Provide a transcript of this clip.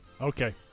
Okay